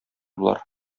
болар